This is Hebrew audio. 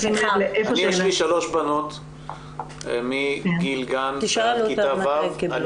יש לי שלוש בנות מגיל גן עד כיתה ו' ואני